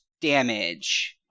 damage